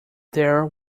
there